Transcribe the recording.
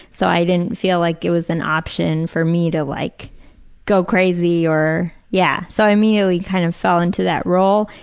so i didn't feel like it was an option for me to like go crazy or like yeah. so i immediately kind of fell into that role,